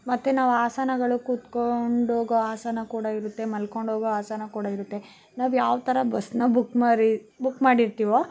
ಮತ್ತೆ ನಾವು ಆಸನಗಳು ಕೂತ್ಕೊಂಡೋಗೋ ಆಸನ ಕೂಡ ಇರುತ್ತೆ ಮಲ್ಕೊಂಡೋಗೋ ಆಸನ ಕೂಡ ಇರುತ್ತೆ ನಾವು ಯಾವ ಥರ ಬಸ್ಸನ್ನ ಬುಕ್ ಮಾರಿ ಬುಕ್ ಮಾಡಿರ್ತೀವೋ